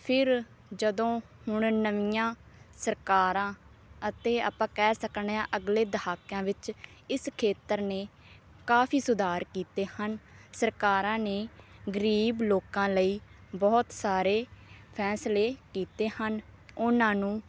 ਫਿਰ ਜਦੋਂ ਹੁਣ ਨਵੀਆਂ ਸਰਕਾਰਾਂ ਅਤੇ ਆਪਾਂ ਕਹਿ ਸਕਦੇ ਹਾਂ ਅਗਲੇ ਦਹਾਕਿਆਂ ਵਿੱਚ ਇਸ ਖੇਤਰ ਨੇ ਕਾਫ਼ੀ ਸੁਧਾਰ ਕੀਤੇ ਹਨ ਸਰਕਾਰਾਂ ਨੇ ਗਰੀਬ ਲੋਕਾਂ ਲਈ ਬਹੁਤ ਸਾਰੇ ਫੈਸਲੇ ਕੀਤੇ ਹਨ ਉਨ੍ਹਾਂ ਨੂੰ